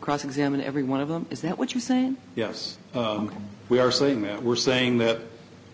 cross examine every one of them is that what you say yes we are saying that we're saying that